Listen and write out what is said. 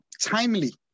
timely